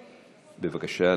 בבקשה,